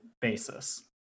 basis